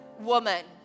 woman